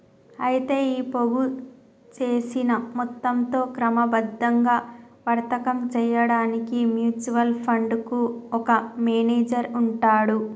అయితే ఈ పోగు చేసిన మొత్తంతో క్రమబద్ధంగా వర్తకం చేయడానికి మ్యూచువల్ ఫండ్ కు ఒక మేనేజర్ ఉంటాడు